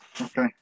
Okay